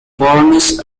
barnes